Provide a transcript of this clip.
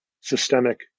systemic